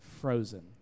Frozen